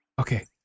Okay